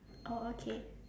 oh okay